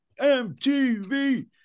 MTV